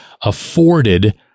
afforded